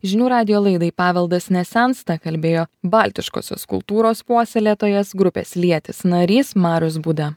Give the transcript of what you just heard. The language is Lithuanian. žinių radijo laidai paveldas nesensta kalbėjo baltiškosios kultūros puoselėtojas grupės lietis narys marius būda